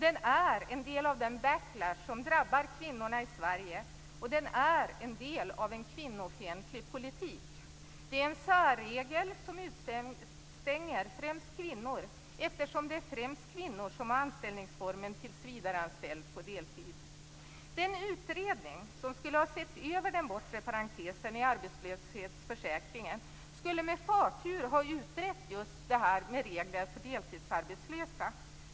Den är en del av den backlash som drabbar kvinnorna i Sverige, och den är en del av en kvinnofientlig politik. Det är en särregel som utestänger främst kvinnor, eftersom det är främst kvinnor som har anställningsformen tillsvidareanställd på deltid. Den utredning som skulle ha sett över den bortre parentesen i arbetslöshetsförsäkringen skulle med förtur ha utrett just dessa regler för deltidsarbetslösa.